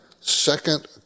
second